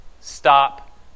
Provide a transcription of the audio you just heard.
stop